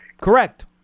Correct